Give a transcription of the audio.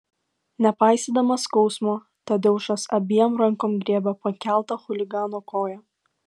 nepaisydamas skausmo tadeušas abiem rankom griebė pakeltą chuligano koją